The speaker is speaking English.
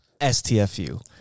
STFU